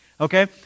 Okay